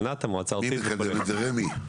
מי מקדם את זה, רמ"י?